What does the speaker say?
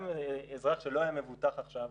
גם אזרח שלא היה מבוטח עכשיו,